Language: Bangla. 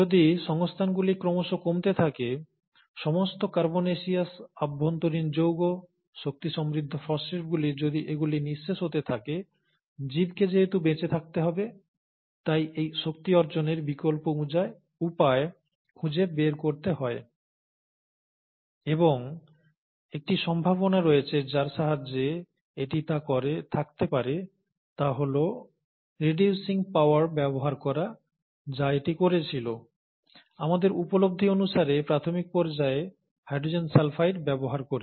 যদি সংস্থানগুলি ক্রমশ কমতে থাকে সমস্ত কার্বনেসিয়াস অভ্যন্তরীণ যৌগ শক্তি সমৃদ্ধ ফসফেটগুলি যদি এগুলি নিঃশেষ হতে থাকে জীবকে যেহেতু বেঁচে থাকতে হবে তাই এই শক্তি অর্জনের বিকল্প উপায় খুঁজে বের করতে হয় এবং একটি সম্ভাবনা রয়েছে যার সাহায্যে এটি তা করে থাকতে পারে তা হল রিডিউসসিং পাওয়ার ব্যবহার করা যা এটি করেছিল আমাদের উপলব্ধি অনুসারে প্রাথমিক পর্যায়ে হাইড্রোজেন সালফাইড ব্যবহার করে